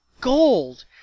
Gold